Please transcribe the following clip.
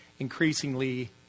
increasingly